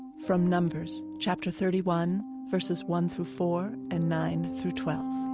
from numbers, chapter thirty one, verses one through four and nine through twelve